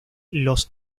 los